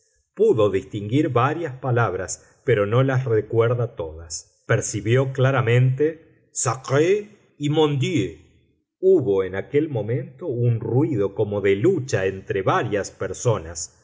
pudo distinguir varias palabras pero no las recuerda todas percibió claramente sacré y mon dieu hubo en aquel momento un ruido como de lucha entre varias personas